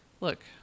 Look